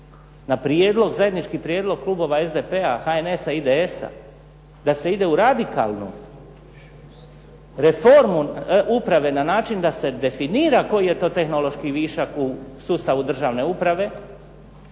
zajednički prijedlog klubova SDP-a, HNS-a, IDS-a da se ide u radikalnu reformu uprave na način da se definira koji je to tehnološki višak u sustavu državne uprave